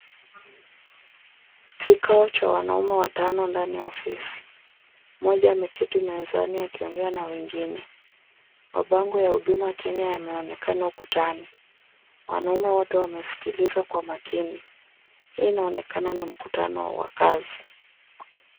Kikao cha wanaume watano ndani ya ofisi. Mmoja ameketi mezani akiongea na wengine. Mabango ya Huduma Kenya yameonekana ukutani. Wanaume wote wamesikiliza kwa makini. Hii inaonekana ni mkutano wa kazi.